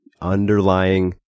underlying